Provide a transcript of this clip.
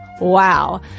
Wow